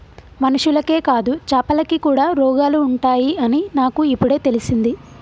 మనుషులకే కాదు చాపలకి కూడా రోగాలు ఉంటాయి అని నాకు ఇపుడే తెలిసింది